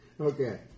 Okay